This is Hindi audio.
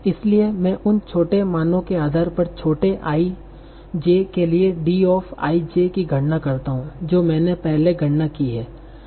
इसलिए मैं उन छोटे मानो के आधार पर छोटे i j के लिए D i j की गणना करता हूं जो मैंने पहले गणना की है